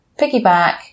piggyback